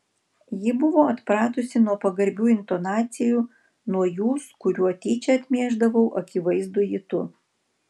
ji buvo atpratusi nuo pagarbių intonacijų nuo jūs kuriuo tyčia atmiešdavau akivaizdųjį tu